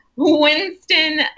Winston